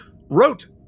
wrote